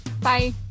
Bye